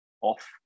off